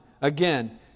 Again